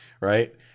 Right